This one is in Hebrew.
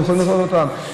ויכולים לעשות אותם.